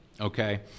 Okay